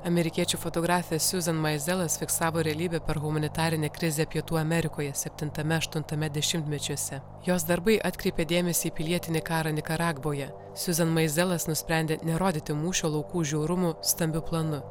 amerikiečių fotografė siuzan maizelas fiksavo realybę per humanitarinę krizę pietų amerikoje septintame aštuntame dešimmečiuose jos darbai atkreipė dėmesį į pilietinį karą nikaragvoje siuzan maizelas nusprendė nerodyti mūšio laukų žiaurumų stambiu planu